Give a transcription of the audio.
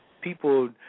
people